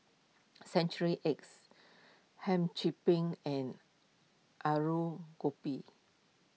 Century Eggs Hum Chim Peng and Aloo Gobi